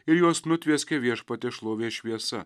ir juos nutvieskė viešpaties šlovės šviesa